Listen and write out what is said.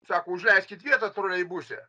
sako užleiskit vietą troleibuse